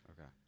okay